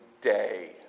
day